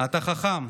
אתה חכם,